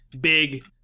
big